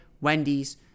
Wendy's